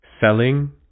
selling